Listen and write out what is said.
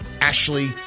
Ashley